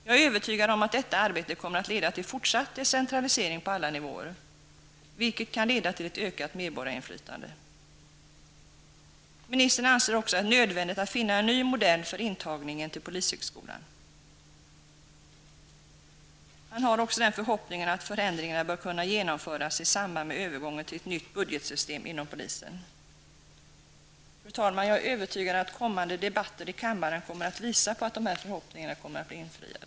Jag är övertygad om att detta arbete kommer att leda till fortsatt decentralisering på alla nivåer, vilket kan leda till ett ökat medborgarinflytande. Ministern anser också att det är nödvändigt att finna en ny modell för intagningen till polishögskolan. Ministern har förhoppningen att förändringarna bör kunna genomföras i samband med övergången till ett nytt budgetsystem inom polisen. Fru talman! Jag är övertygad om att kommande debatter i kammaren kommer att visa på att förhoppningarna blir infriade.